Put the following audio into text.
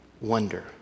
wonder